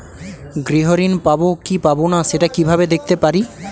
গৃহ ঋণ পাবো কি পাবো না সেটা কিভাবে দেখতে পারি?